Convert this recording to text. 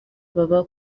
baba